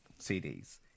CDs